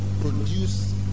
produce